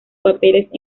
papeles